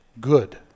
good